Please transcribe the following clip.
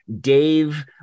Dave